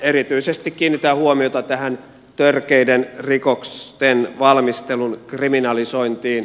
erityisesti kiinnitän huomiota tähän törkeiden rikosten valmistelun kriminalisointiin